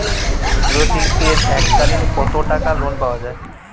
ক্ষুদ্রশিল্পের এককালিন কতটাকা লোন পাওয়া য়ায়?